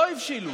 לא הבשילו,